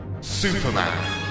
Superman